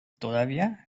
todavía